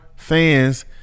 fans